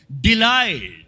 Delight